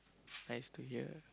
nice to hear